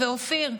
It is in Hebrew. אופיר,